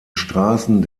straßen